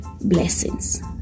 Blessings